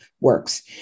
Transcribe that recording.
works